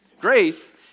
Grace